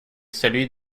celui